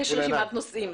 זאת רשימת נושאים.